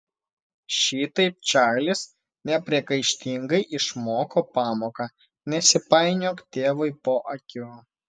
šitaip čarlis nepriekaištingai išmoko pamoką nesipainiok tėvui po akių